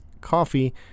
coffee